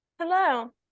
hello